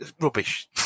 rubbish